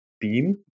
beam